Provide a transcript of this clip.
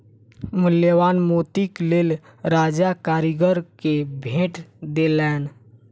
मूल्यवान मोतीक लेल राजा कारीगर के भेट देलैन